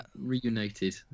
reunited